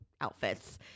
outfits